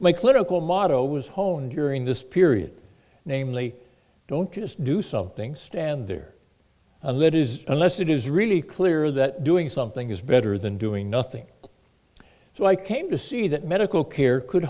my clinical motto was hone during this period namely don't just do something stand there and that is unless it is really clear that doing something is better than doing nothing so i came to see that medical care could